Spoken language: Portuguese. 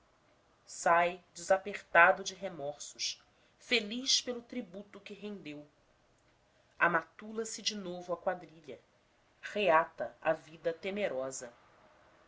cometidas sai desapertado de remorsos feliz pelo tributo que rendeu amatula se de novo à quadrilha reata a vida temerosa